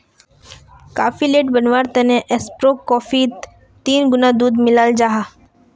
cafe latte बनवार तने espresso कोफ्फीत तीन गुणा दूध मिलाल जाहा